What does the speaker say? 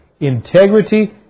Integrity